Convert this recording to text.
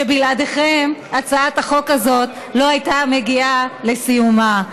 שבלעדיכם הצעת החוק הזאת לא הייתה מגיעה לסיומה.